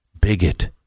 bigot